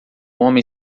homem